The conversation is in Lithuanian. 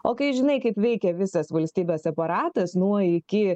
o kai žinai kaip veikia visas valstybės aparatas nuo iki